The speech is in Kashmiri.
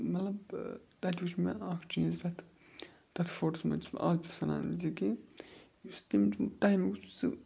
مطلب تَتہِ وٕچھ مےٚ اَکھ چیٖز تَتھ تَتھ فوٹوَس منٛز چھُس بہٕ آز تہِ سَنان زِ کہِ یُس تَمہِ ٹایمُک سُہ